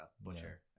Butcher